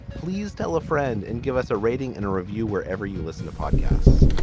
please tell a friend and give us a rating and a review wherever you listen to podcasts.